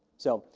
so,